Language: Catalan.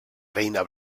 reina